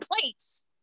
place